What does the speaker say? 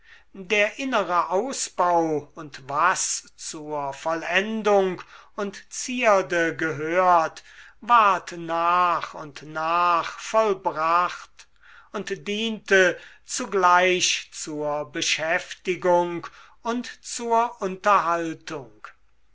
der innere ausbau und was zur vollendung und zierde gehört ward nach und nach vollbracht und diente zugleich zur beschäftigung und zur unterhaltung